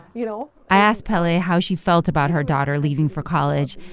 you know? i asked pele how she felt about her daughter leaving for college,